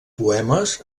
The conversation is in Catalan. poemes